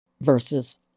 versus